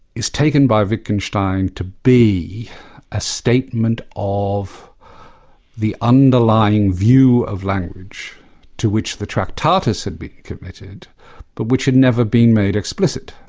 is taken by wittgenstein to be a statement of the underlying view of language to which the tractatus had been committed but which had never been made explicit,